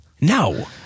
No